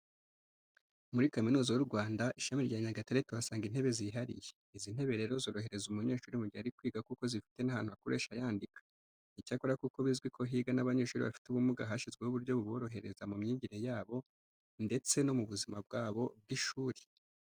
Muri Kaminuza y'u Rwanda, Ishami rya Nyagatare tuhasanga intebe zihariye. Izi ntebe rero zorohereza umunyeshuri mu gihe ari kwiga kuko zifite n'ahantu akoresha yandika. Icyakora kuko bizwi ko higa n'abanyeshuri bafite ubumuga hashyizweho uburyo buborohereza mu myigire yabo ndetse no mu buzima bwabo bw'ishuri.